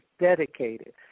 dedicated